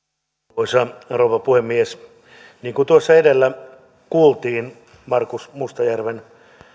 arvoisa rouva puhemies niin kuin tuossa edellä kuultiin markus mustajärven